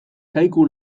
kaiku